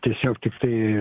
tiesiog tiktai